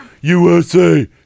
USA